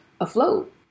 afloat